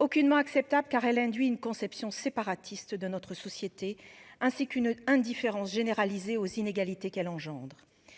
aucunement acceptable car elle induit une conception séparatiste de notre société, ainsi qu'une indifférence généralisée aux inégalités qu'elle engendre.